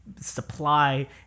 supply